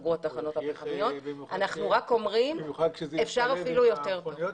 להוסיף לזה מומחים מהאקדמיה - כדי לבחון את הסיבות